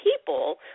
people